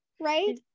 Right